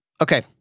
Okay